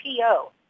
PO